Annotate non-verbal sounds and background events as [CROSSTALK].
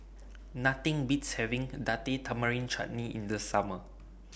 [NOISE] Nothing Beats having Date Tamarind Chutney in The Summer